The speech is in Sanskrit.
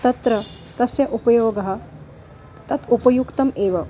तत्र तस्य उपयोगः तत् उपयुक्तम् एव